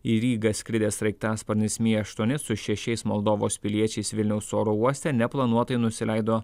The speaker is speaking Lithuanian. į rygą skridęs sraigtasparnis mi aštuoni su šešiais moldovos piliečiais vilniaus oro uoste neplanuotai nusileido